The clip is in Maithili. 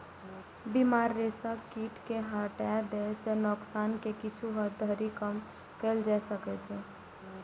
बीमार रेशम कीट कें हटा दै सं नोकसान कें किछु हद धरि कम कैल जा सकै छै